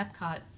Epcot